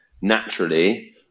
naturally